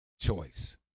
choice